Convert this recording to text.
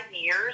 years